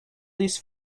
this